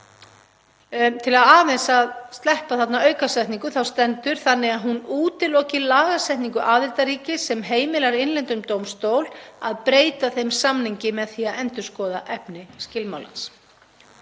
Til að sleppa því að lesa þarna aukasetningu þá stendur að hún útiloki lagasetningu aðildarríkis sem heimilar innlendum dómstól að breyta þeim samningi með því að endurskoða efni skilmálans.